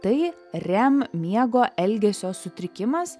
tai rem miego elgesio sutrikimas